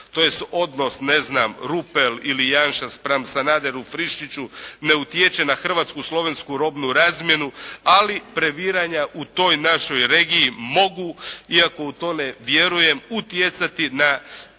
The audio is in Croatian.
znam Rupel ili Janjša spram Sanaderu, Friščiću ne utječe na Hrvatsko-Slovensku robnu razmjenu ali previranja u toj našoj regiji mogu, iako u to ne vjerujem utjecati na